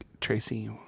Tracy